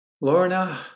Lorna